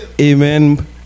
Amen